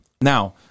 Now